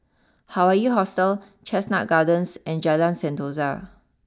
Hawaii Hostel Chestnut Gardens and Jalan Sentosa